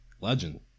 Legend